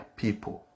people